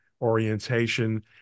orientation